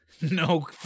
No